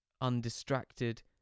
undistracted